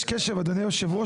ב ------ היושב-ראש,